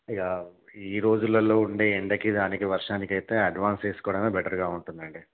ఇక ఈ రోజులల్లో ఉండే ఎండకి దానికి వర్షానికి అయితే అడ్వాన్స్ వేసుకోవడమే బెటర్గా ఉంటుందండి